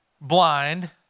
blind